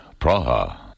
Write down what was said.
Praha